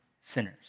sinners